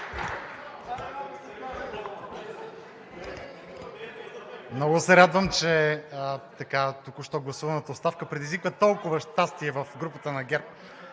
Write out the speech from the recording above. Много се радвам, че току-що гласуваната оставка предизвиква толкова щастие в групата на ГЕРБ.